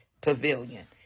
pavilion